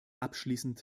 abschließend